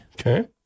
Okay